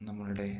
നമ്മളുടെ